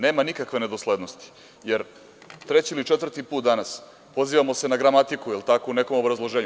Nema nikakve nedoslednosti jer treći ili četvrti put danas pozivamo se na gramatiku, jel tako, u nekom obrazloženju.